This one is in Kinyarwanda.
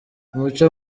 umuco